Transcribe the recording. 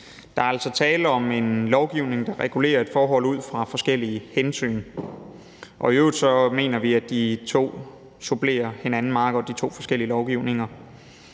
Der er altså tale om en lovgivning, der regulerer et forhold ud fra forskellige hensyn. I øvrigt mener vi, at de to forskellige lovgivninger